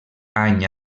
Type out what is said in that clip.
any